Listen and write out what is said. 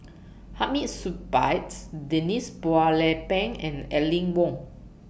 Hamid Supaat Denise Phua Lay Peng and Aline Wong